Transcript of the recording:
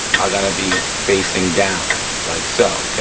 are gonna be facing down like so.